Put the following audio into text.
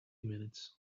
minutes